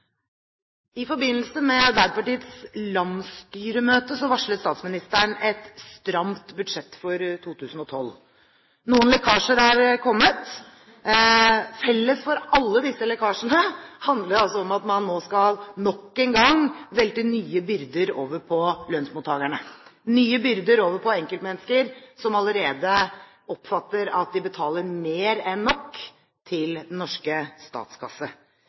I forbindelse med Arbeiderpartiets landsstyremøte varslet statsministeren et stramt budsjett for 2012. Noen lekkasjer er kommet. Felles for alle disse lekkasjene er at man nok en gang skal velte nye byrder over på lønnsmottakerne, nye byrder over på enkeltmennesker som allerede oppfatter at de betaler mer enn nok til den norske